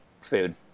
Food